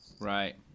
Right